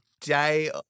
day